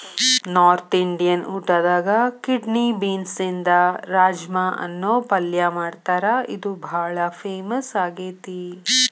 north Indian ಊಟದಾಗ kidney ಬೇನ್ಸ್ನಿಂದ ರಾಜ್ಮಾ ಅನ್ನೋ ಪಲ್ಯ ಮಾಡ್ತಾರ ಇದು ಬಾಳ ಫೇಮಸ್ ಆಗೇತಿ